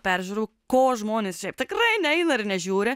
peržiūrų ko žmonės šiaip tikrai neina ir nežiūri